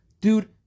Dude